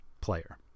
player